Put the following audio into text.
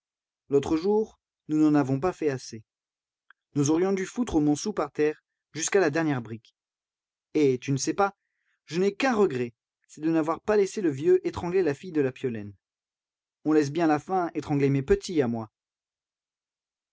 l'autre jour nous n'en avons pas fait assez nous aurions dû foutre montsou par terre jusqu'à la dernière brique et tu ne sais pas je n'ai qu'un regret c'est de n'avoir pas laissé le vieux étrangler la fille de la piolaine on laisse bien la faim étrangler mes petits à moi